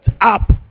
up